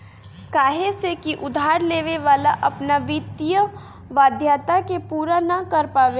काहे से की उधार लेवे वाला अपना वित्तीय वाध्यता के पूरा ना कर पावेला